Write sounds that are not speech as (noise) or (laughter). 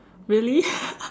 really (breath)